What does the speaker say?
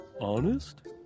Honest